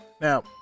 Now